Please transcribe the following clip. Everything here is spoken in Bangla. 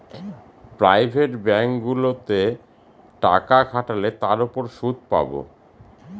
প্রাইভেট ব্যাঙ্কগুলোতে টাকা খাটালে তার উপর সুদ পাবো